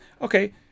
Okay